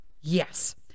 Yes